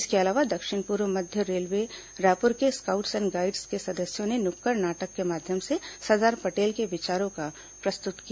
इसके अलावा दक्षिण पूर्व मध्य रेलवे रायपुर के स्काउट्स एंड गाइड के सदस्यों ने नुक्कड़ नाटक के माध्यम से सरदार पटेल के विचारों को प्रस्तुत किया